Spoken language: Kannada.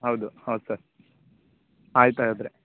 ಹೌದು ಹೌದು ಸರ್ ಆಯ್ತು ಹಾಗಾದರೆ